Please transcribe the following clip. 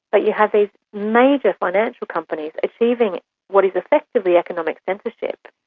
but you have these major financial companies achieving what is effectively economic censorship,